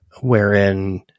wherein